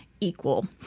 equal